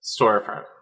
storefront